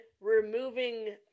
removing